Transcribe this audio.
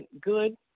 good